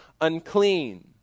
unclean